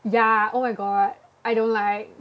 ya oh my god I don't like